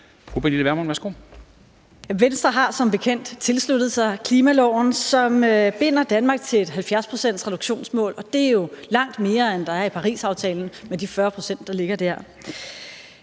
Venstre har som bekendt tilsluttet sig klimaloven, som binder Danmark til et 70-procentsreduktionsmål, og det er jo langt mere, end der er i Parisaftalen med de 40 pct., der ligger der.